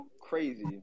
Crazy